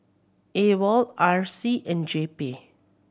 AWOL R C and J P